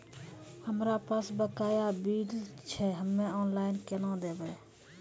हमरा पास बकाया बिल छै हम्मे ऑनलाइन केना देखबै?